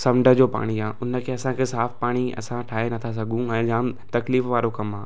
समुंड जो पाणी आहे उन खे असांखे साफ़ पाणी असां ठाहे नथा सघूं ऐं जाम तकलीफ़ वारो कमु आ्हे